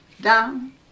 down